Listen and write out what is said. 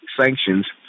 sanctions